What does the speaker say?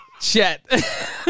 Chet